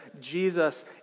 Jesus